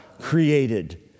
created